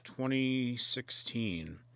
2016